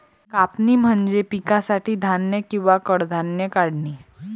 कापणी म्हणजे पिकासाठी धान्य किंवा कडधान्ये काढणे